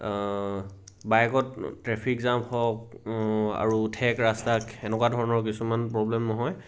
বাইকত traffic jam হওক আৰু ঠেক ৰাস্তাত এনেকুৱা ধৰণৰ কিছুমান প্ৰব্লেম নহয়